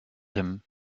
him